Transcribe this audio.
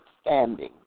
standing